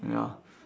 ya